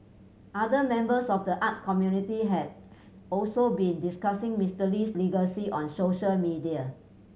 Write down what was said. other members of the arts community have also been discussing Mister Lee's legacy on social media